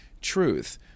truth